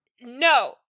No